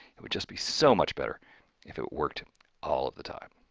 it would just be so much better if it worked all of the time.